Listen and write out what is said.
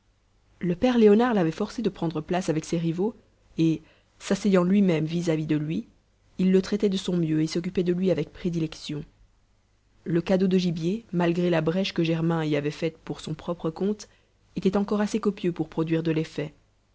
le père léonard l'avait forcé de prendre place avec ses rivaux et s'asseyant lui-même vis-à-vis de lui il le traitait de son mieux et s'occupait de lui avec prédilection le cadeau de gibier malgré la brèche que germain y avait faite pour son propre compte était encore assez copieux pour produire de l'effet